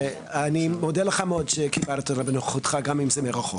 אני מודה לך מאוד שכיבדת אותנו בנוכחותך גם אם זה מרחוק.